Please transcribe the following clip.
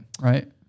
right